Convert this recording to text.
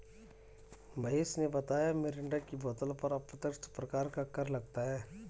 महेश ने बताया मिरिंडा की बोतल पर अप्रत्यक्ष प्रकार का कर लगता है